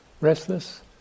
Restless